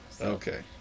Okay